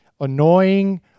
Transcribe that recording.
annoying